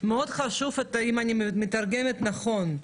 מאוד חשוב, אם אני מתרגמת נכון,